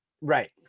Right